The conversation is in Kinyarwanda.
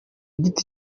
giti